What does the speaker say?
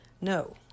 No